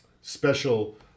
special